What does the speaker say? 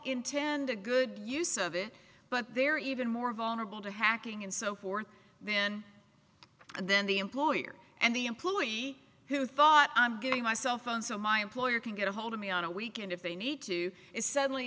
intended good use of it but they're even more vulnerable to hacking and so forth then and then the employer and the employee who thought i'm getting my cell phone so my employer can get ahold of me on a weekend if they need to is suddenly